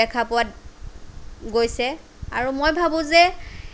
দেখা পোৱা গৈছে আৰু মই ভাবোঁ যে